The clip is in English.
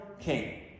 king